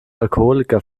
alkoholiker